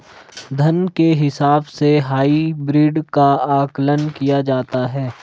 धन के हिसाब से हाइब्रिड का आकलन किया जाता है